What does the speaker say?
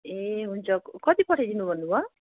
ए हुन्छ कति पठाइदिनु भन्नुभयो